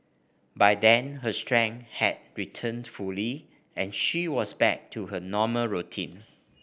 by then her strength had returned fully and she was back to her normal routine